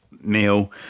meal